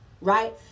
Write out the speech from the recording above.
right